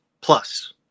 plus